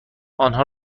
آنها